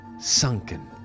sunken